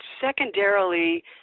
secondarily